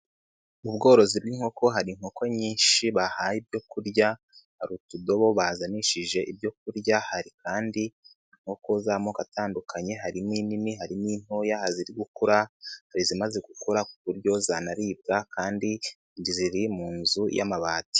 Ubworozi n'inkoko hari inkoko nyinshi bahaye ibyo kurya, utudobo bazanishije ibyo kurya, hari kandi nkoko z'amoko atandukanye, harimo inini hari n'intoya, hari iziri gukura, hari izimaze gukora ku buryo zanaribwa kandi ziri mu nzu y'amabati.